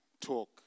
talk